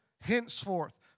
henceforth